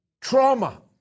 trauma